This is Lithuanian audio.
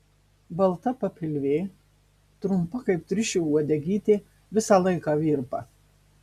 balta papilvė trumpa kaip triušio uodegytė visą laiką virpa